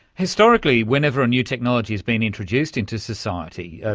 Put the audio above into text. historically, whenever a new technology has been introduced into society,